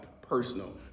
personal